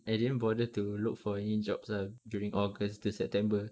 I didn't bother to look for any jobs ah during august to september